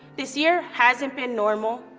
this year hasn't been normal.